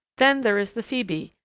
then there is the phoebe,